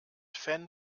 fan